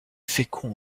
fécond